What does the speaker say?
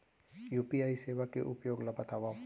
UPI सेवा के उपयोग ल बतावव?